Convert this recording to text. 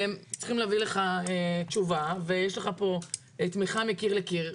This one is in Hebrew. והם צריכים להביא לך תשובה ויש לך פה תמיכה מקיר לקיר.